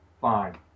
fine